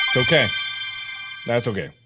okay that's okay